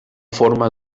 forma